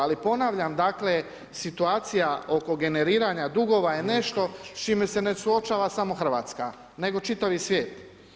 Ali, ponavljam, dakle, situacija oko generiranja dugova je nešto s čime se ne suočava samo Hrvatska, nego čitavi svijet.